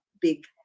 big